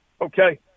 Okay